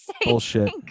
Bullshit